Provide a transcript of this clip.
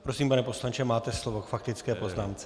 Prosím, pane poslanče, máte slovo k faktické poznámce.